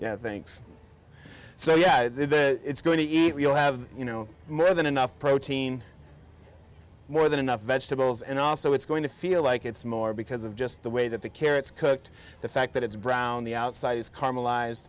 yeah thanks so yeah it's going to eat we'll have you know more than enough protein more than enough vegetables and also it's going to feel like it's more because of just the way that the carrots cooked the fact that it's brown the outside is carm